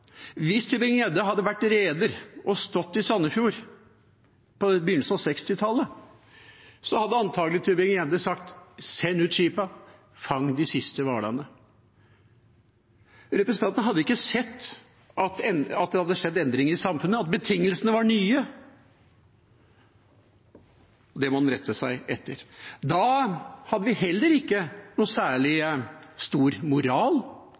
Hvis Tybring-Gjedde hadde vært reder og stått i Sandefjord på begynnelsen av 1960-tallet, hadde han antakelig sagt: «Send ut skipene, fang de siste hvalene.» Representanten hadde ikke sett at det hadde skjedd endringer i samfunnet, at betingelsene var nye, at det må man rette seg etter. Da hadde vi heller ikke noen særlig stor moral